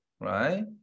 right